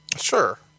Sure